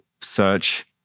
search